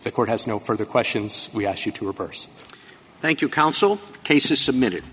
the court has no further questions we ask you to reverse thank you counsel cases submitted